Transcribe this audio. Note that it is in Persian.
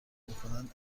میکنند